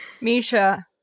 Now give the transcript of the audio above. Misha